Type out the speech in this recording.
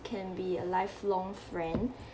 can be a lifelong friend